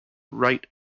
right